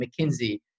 McKinsey